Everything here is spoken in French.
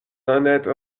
honnête